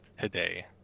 today